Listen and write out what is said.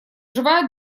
живая